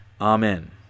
Amen